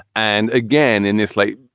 and again, in this late,